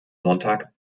sonntag